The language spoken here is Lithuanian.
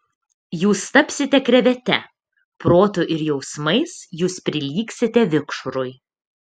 jūs tapsite krevete protu ir jausmais jūs prilygsite vikšrui